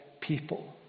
people